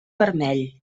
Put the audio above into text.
vermell